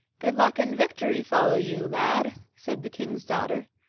good luck and victory follow you, lad! said the king's daughter.